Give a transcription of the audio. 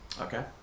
Okay